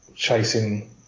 chasing